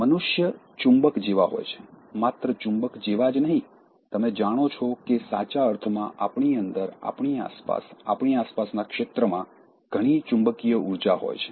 મનુષ્ય ચુંબક જેવા હોય છે માત્ર ચુંબક જેવાં જ નહીં તમે જાણો છો કે સાચા અર્થમાં આપણી અંદર આપણી આસપાસ આપણી આસપાસના ક્ષેત્રમાં ઘણી ચુંબકીય ઉર્જા હોય છે